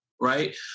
right